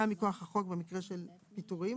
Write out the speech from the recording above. זו זכות שמגיעה מכוח החוק במקרה של פיטורים,